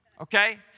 okay